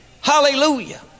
hallelujah